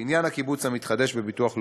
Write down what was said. ולעניין הקיבוץ המתחדש בביטוח הלאומי,